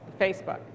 Facebook